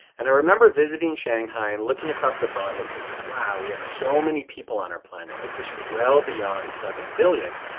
and i remember visiting shanghai and looking across the bund and thinking, wow. we have so many people on our planet. we are pushing well beyond seven billion.